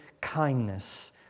kindness